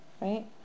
Right